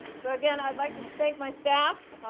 so again, i'd like to thank my staff.